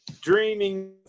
dreaming